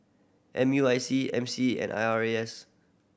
M U I C M C and I R A S